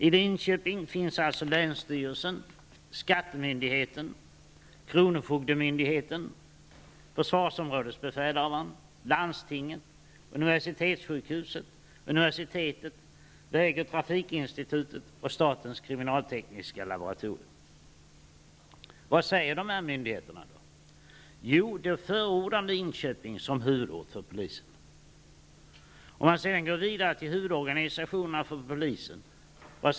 I Linköping finns länsstyrelsen, skattemyndigheten, kronofogdemyndigheten, försvarsområdesbefälhavaren, landstinget, universitetssjukhuset, universitet, väg och trafikinstitutet och statens kriminaltekniska laboratorium. Vad säger dessa myndigheter? Jo, de förordar Linköping som huvudort för polisen. Vad säger då huvudorganisationerna för polisen?